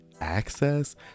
access